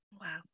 Wow